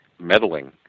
meddling